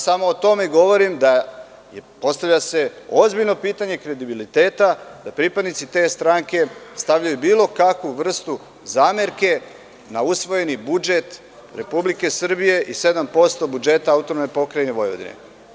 Samo o tome govorim, da se postavlja ozbiljno pitanje kredibiliteta da pripadnici te stranke stavljaju bilo kakvu vrstu zamerke na usvojeni budžet Republike Srbije i 7% budžeta AP Vojvodine.